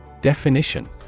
Definition